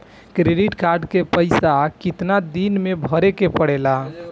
Credit card के पइसा कितना दिन में भरे के पड़ेला?